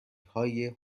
های